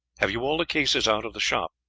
have you all the cases out of the shop?